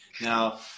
Now